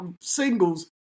singles